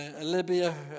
Libya